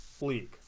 League